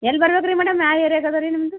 L ಬರ್ಬೇಕು ರೀ madam ಯಾವ ಏರಿಯಾಗೆ ಇದೇರಿ ನಿಮ್ಮದು